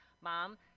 Mom